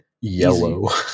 Yellow